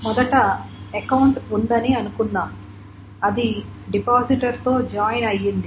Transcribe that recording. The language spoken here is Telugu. మొదట అకౌంట్ ఉందని అనుకుందాం అది డిపాజిటర్ తో జాయిన్ అయ్యింది